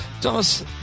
Thomas